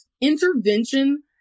Intervention